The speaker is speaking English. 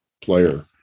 player